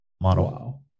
model